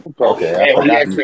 Okay